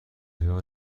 آیا